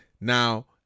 now